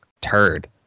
turd